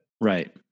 Right